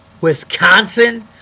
Wisconsin